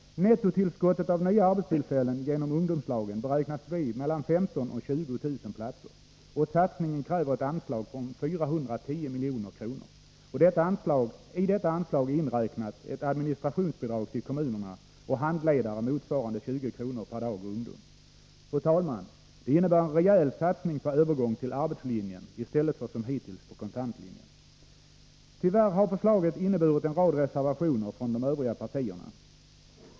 Nettotillskottet av nya arbetstillfällen genom ungdomslagen beräknas bli 15 000-20 000 platser. Och satsningen kräver ett anslag om 410 milj.kr. I detta anslag är inräknat ett administrationsbidrag till kommunerna och handledare motsvarande 20 kr. per dag och ungdom. Fru talman! Detta innebär en rejäl satsning på övergång till arbetslinjen i stället för som hittills på kontantlinjen. Tyvärr har förslaget inneburit en rad reservationer från de övriga partierna.